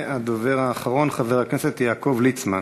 הדובר האחרון, חבר הכנסת יעקב ליצמן.